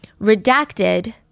Redacted